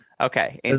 Okay